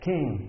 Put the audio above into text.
King